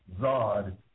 Zod